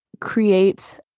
create